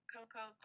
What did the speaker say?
Coco